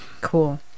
Cool